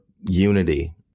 unity